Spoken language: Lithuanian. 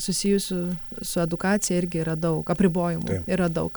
susijusių su edukacija irgi yra daug apribojimų yra daug